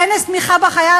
כנס תמיכה בחייל,